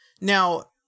now-